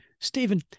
Stephen